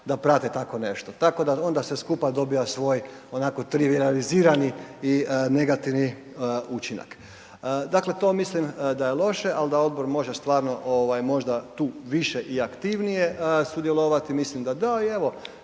da prate tako nešto, tako da onda sve skupa dobiva svoj onako trivijalizirani i negativni učinak. Dakle, to mislim da je loše, al da odbor može stvarno ovaj možda tu više i aktivnije sudjelovati, mislim da da i evo